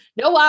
no